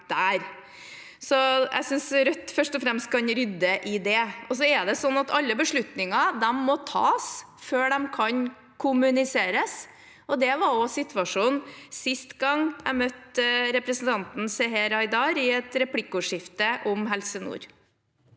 Jeg synes Rødt først og fremst kan rydde i det. Alle beslutninger må tas før de kan kommuniseres, og det var også situasjonen sist gang jeg møtte representanten Seher Aydar i et replikkordskifte om Helse nord.